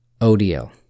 ODL